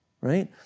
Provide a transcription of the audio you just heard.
right